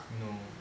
no